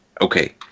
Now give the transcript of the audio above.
okay